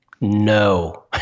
No